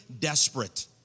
desperate